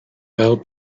fel